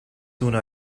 una